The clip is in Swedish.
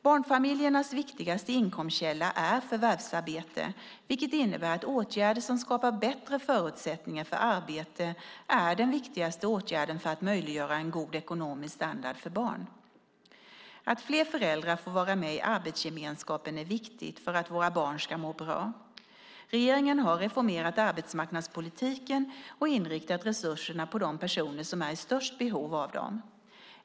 Barnfamiljernas viktigaste inkomstkälla är förvärvsarbete, vilket innebär att åtgärder som skapar bättre förutsättningar för arbete är den viktigaste åtgärden för att möjliggöra en god ekonomisk standard för barn. Att fler föräldrar får vara med i arbetsgemenskapen är viktigt för att våra barn ska må bra. Regeringen har reformerat arbetsmarknadspolitiken och inriktat resurserna på de personer som är i störst behov av dem.